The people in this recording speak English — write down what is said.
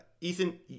Ethan